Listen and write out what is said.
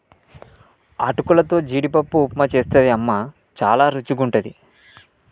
అటుకులతో జీడిపప్పు ఉప్మా చేస్తది అమ్మ చాల రుచిగుంటది